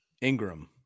Ingram